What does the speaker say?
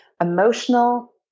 emotional